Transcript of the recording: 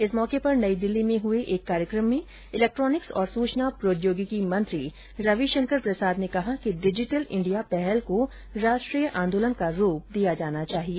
इस मौके पर नई दिल्ली में हुए एक कार्यक्रम में इलेक्ट्रोनिक्स और सूचना प्रौद्योगिकी मंत्री रविशंकर प्रसाद ने कहा है कि डिजिटल इंडिया पहल को राष्ट्रीय आन्दोलन का रूप दिया जाना चाहिए